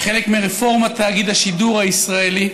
כחלק מרפורמת תאגיד השידור הישראלי,